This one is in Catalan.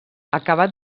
acabat